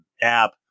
app